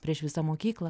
prieš visą mokyklą